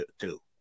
two